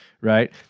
right